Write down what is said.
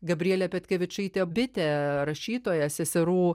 gabrielė petkevičaitė bitė rašytoja seserų